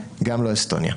גם לא אסטוניה?